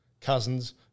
Cousins